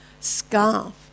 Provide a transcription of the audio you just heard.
scarf